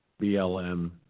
blm